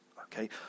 Okay